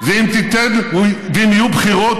ואם יהיו בחירות,